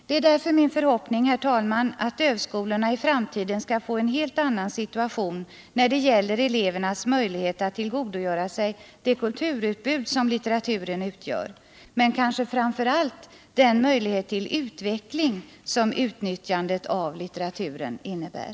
Det är därför min förhoppning, herr talman, att dövskolorna i framtiden skall få en helt annan situation när det gäller elevernas möjlighet att tillgodogöra sig det kulturutbud som litteraturen utgör, men kanske framför allt den möjlighet till utveckling som utnyttjandet av litteraturen innebär.